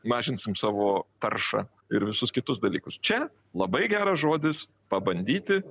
mažinsim savo taršą ir visus kitus dalyku čia labai geras žodis pabandyti